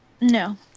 No